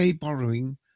borrowing